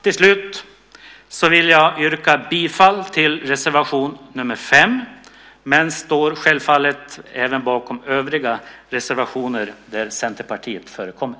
Till slut vill jag yrka bifall till reservation nr 5, och jag står självfallet även bakom övriga reservationer där Centerpartiet förekommer.